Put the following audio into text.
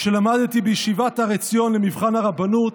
כשלמדתי בישיבת הר עציון למבחן הרבנות,